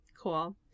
Cool